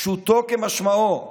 פשוטו כמשמעו,